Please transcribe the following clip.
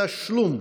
(תיקון),